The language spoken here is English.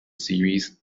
series